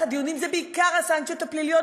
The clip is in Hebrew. הדיונים זה בעיקר הסנקציות הפליליות,